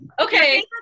Okay